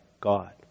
God